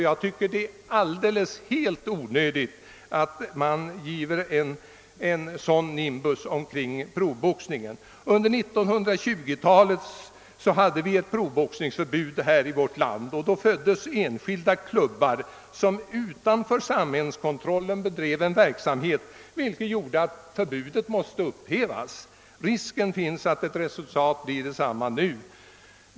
Jag tycker att det är helt onödigt att ge proffsboxningen en sådan nimbus. Under 1920-talet hade vi ett proffsboxningsförbud i vårt land, och då föddes enskilda klubbar som utanför samhällets kontroll bedrev en verksamhet som ledde till att förbudet måste upphävas. Risken finns att resultatet blir detsamma nu.